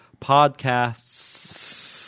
podcasts